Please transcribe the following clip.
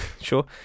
sure